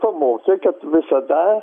pamokė kad visada